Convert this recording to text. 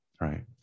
right